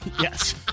Yes